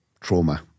trauma